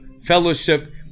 fellowship